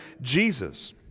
Jesus